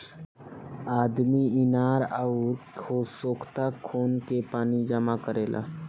आदमी इनार अउर सोख्ता खोन के पानी जमा करेला